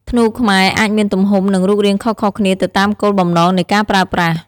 ធ្នូខ្មែរអាចមានទំហំ និងរូបរាងខុសៗគ្នាទៅតាមគោលបំណងនៃការប្រើប្រាស់។